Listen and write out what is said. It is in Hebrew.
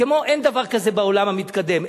אין דבר כזה בעולם המתקדם,